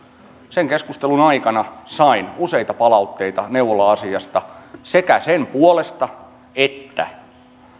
sen keskustelun aikana sain useita palautteita neuvola asiasta myös sen puolesta että